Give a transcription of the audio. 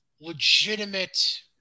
legitimate